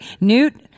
Newt